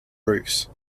roofs